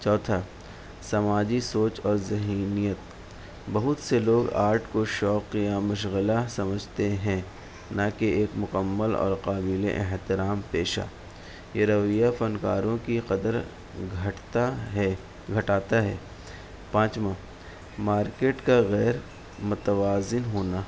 چوتھا سماجی سوچ اور ذہنیت بہت سے لوگ آرٹ کو شوق یا مشغلہ سمجھتے ہیں نہ کہ ایک مکمل اور قابل احترام پیشہ یہ رویہ فنکاروں کی قدر گھٹتا ہے گھٹاتا ہے پانچواں مارکیٹ کا غیر متوازن ہونا